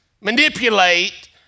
Manipulate